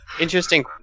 Interesting